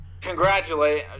Congratulate